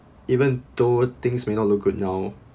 even though things may not look good now